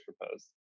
proposed